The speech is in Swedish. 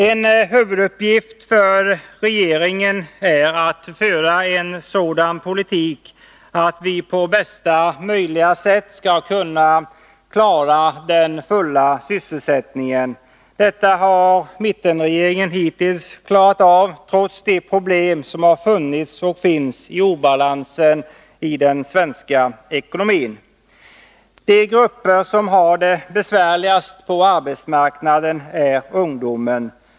En huvuduppgift för regeringen är att föra en sådan politik att vi på bästa möjliga sätt skall kunna klara den fulla sysselsättningen. Detta har mittenregeringen hittills lyckats med, trots de problem som har funnits och finns med obalansen i den svenska ekonomin. Den grupp som har det besvärligast på arbetsmarknaden är ungdomen.